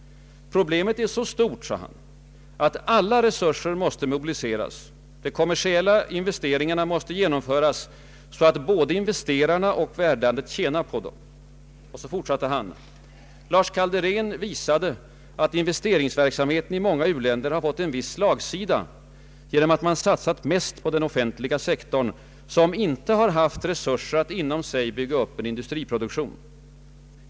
Problemet är så stort, sade han, att alla resurser måste mobiliseras. ”De kommersiella investeringarna måste genomföras så att både investerarna och värdlandet tjänar på dem.” Odhner fortsatte: ”Lars Kalderén visade att investeringsverksamheten i många u-länder har fått en viss slagsida genom ait man satsat mest på den offentliga sektorn som inte haft resurser att inom sig bygga upp en industriproduktion.